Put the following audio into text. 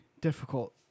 difficult